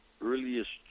earliest